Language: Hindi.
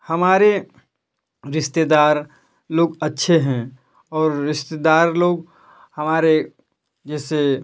हमारे रिश्तेदार लोग अच्छे हैं और रिश्तेदार लोग हमारे जैसे